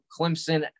Clemson